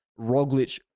Roglic